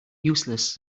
useless